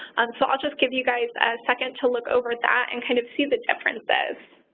so i'll just give you guys a second to look over that and kind of see the differences.